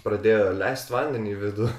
pradėjo leist vandenį į vidų